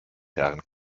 deren